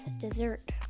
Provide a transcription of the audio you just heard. dessert